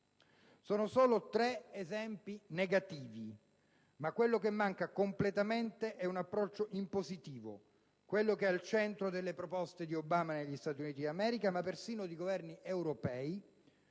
Sono solo tre esempi negativi, ma quello che manca completamente è un approccio in positivo, quello che è al centro delle proposte del presidente Obama negli Stati Uniti d'America, ma persino di Governi europei